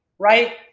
right